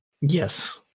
Yes